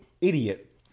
idiot